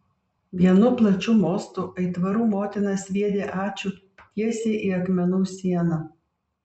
vienu plačiu mostu aitvarų motina sviedė ačiū tiesiai į akmenų sieną